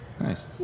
Nice